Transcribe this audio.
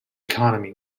economy